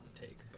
take